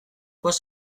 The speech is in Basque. poz